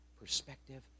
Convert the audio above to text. perspective